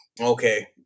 Okay